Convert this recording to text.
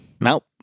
Nope